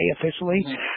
officially